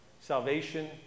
salvation